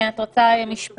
אסתר, את רוצה משפט?